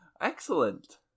Excellent